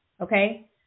okay